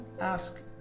ask